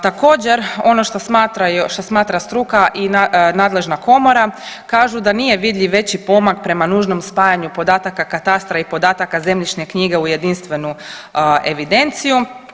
Također ono što smatra struka i nadležna komora, kažu da nije vidljiv veći pomak prema nužnom spajanju podataka katastra i podataka zemljišne knjige u jedinstvenu evidenciju.